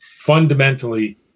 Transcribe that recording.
fundamentally